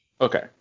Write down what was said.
Okay